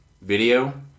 Video